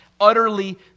utterly